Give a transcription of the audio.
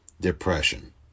Depression